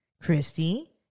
Christy